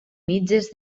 mitges